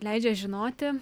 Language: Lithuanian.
leidžia žinoti